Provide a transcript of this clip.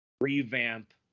revamp